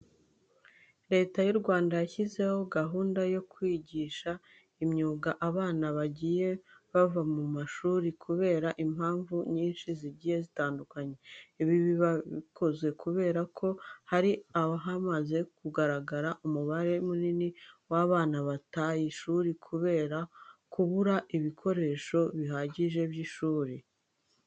Leta y'u Rwanda yashyizeho gahunda yo kwigisha imyuga abana bagiye bava mu ishuri kubera impamvu nyinshi zigiye zitandukanye. Ibi babikoze kubera ko hari hamaze kugaragara umubare munini w'abana bataye ishuri kubera kubura ibikoresho bihagije by'ishuri.